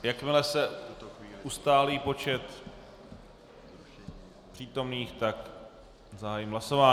Jakmile se ustálí počet přítomných, tak zahájím hlasování.